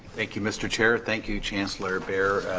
thank you, mister chair. thank you, chancellor behr,